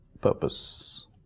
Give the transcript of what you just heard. purpose